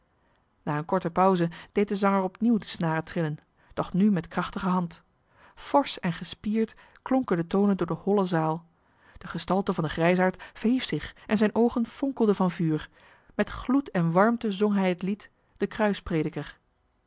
na eene korte pauze deed de zanger opnieuw de snaren trillen doch nu met krachtige hand forsch en gespierd klonken de tonen door de holle zaal de gestalte van den grijsaard verhief zich en zijne oogen fonkelden van vuur met gloed en warmte zong hij het lied de